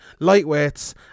lightweights